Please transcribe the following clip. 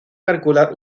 calcular